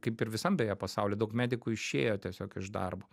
kaip ir visam beje pasauly daug medikų išėjo tiesiog iš darbo